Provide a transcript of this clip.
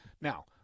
now